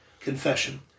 Confession